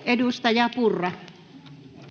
[Speech 5]